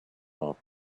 off